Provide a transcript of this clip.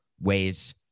ways